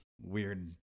weird